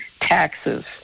taxes